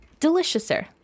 deliciouser